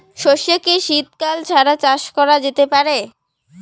সর্ষে কি শীত কাল ছাড়া চাষ করা যেতে পারে?